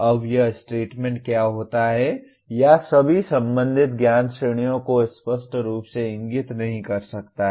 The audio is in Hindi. अब यह स्टेटमेंट क्या होता है या सभी संबंधित ज्ञान श्रेणियों को स्पष्ट रूप से इंगित नहीं कर सकता है